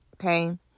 okay